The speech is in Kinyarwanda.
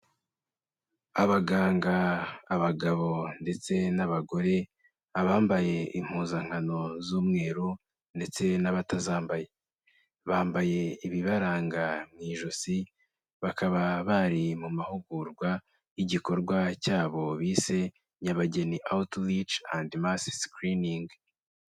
Abaganga, abagabo ndetse n'abagore, abambaye impuzankano z'umweru ndetse n'abatazambaye, bambaye ibibaranga mu ijosi, bakaba bari mu mahugurwa y'igikorwa cyabo bise Nyabageni Outreach and mass screening.